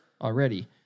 already